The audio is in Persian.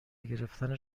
گرفتن